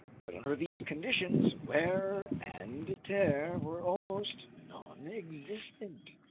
but under these conditions, wear and tear were almost nonexistent.